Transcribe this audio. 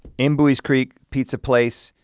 in buies creek, pizza place,